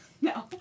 No